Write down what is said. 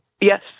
Yes